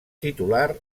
titular